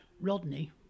Rodney